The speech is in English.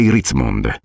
Ritzmond